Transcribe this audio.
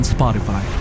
Spotify